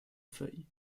feuilles